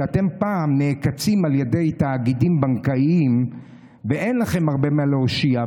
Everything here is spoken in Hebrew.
כשאתם פעם נעקצים על ידי תאגידים בנקאיים ואין לכם הרבה מה להושיע,